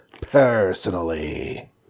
personally